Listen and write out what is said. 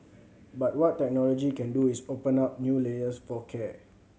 but what technology can do is open up new layers for care